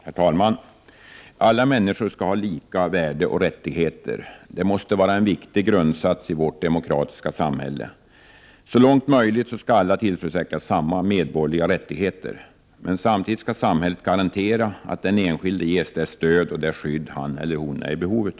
Herr talman! Alla människor skall ha lika värde och rättigheter. Detta måste vara en viktig grundsats i vårt demokratiska samhälle. Så långt det är möjligt skall alla tillförsäkras samma medborgerliga rättigheter. Samhället skall emellertid samtidigt garantera att den enskilde ges det stöd och det skydd han eller hon är i behov av.